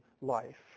life